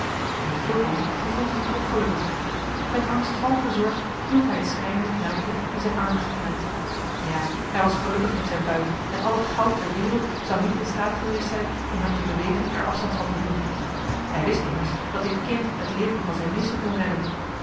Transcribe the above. en fulco gevoelde zich ook gelukkig met angstvallige zorg hield hij het schreiende knaapje in zijne armen gekneld ja hij was gelukkig met zijn buit en al het goud ter wereld zou niet in staat geweest zijn om hem te bewegen er afstand van te doen hij wist immers dat dit kind het leven van zijn meester kon redden